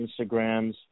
Instagrams